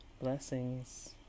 Blessings